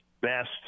best